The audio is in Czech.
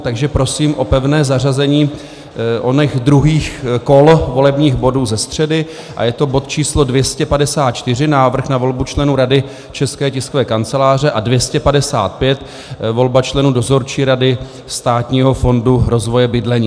Takže prosím o pevné zařazení oněch druhých kol volebních bodů ze středy, a je to bod č. 254 návrh na volbu členů Rady České tiskové kanceláře a 255 volba členů Dozorčí rady Státního fondu rozvoje bydlení.